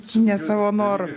ne savo noru